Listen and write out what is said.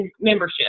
membership